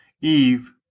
Eve